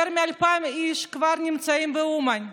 יותר מ-2,000 איש כבר נמצאים באומן,